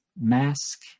Mask